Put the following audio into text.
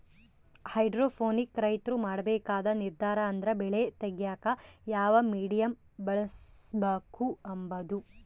hydroponic ರೈತ್ರು ಮಾಡ್ಬೇಕಾದ ನಿರ್ದಾರ ಅಂದ್ರ ಬೆಳೆ ತೆಗ್ಯೇಕ ಯಾವ ಮೀಡಿಯಮ್ ಬಳುಸ್ಬಕು ಅಂಬದು